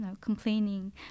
complaining